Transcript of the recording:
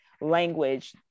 language